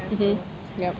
mmhmm yup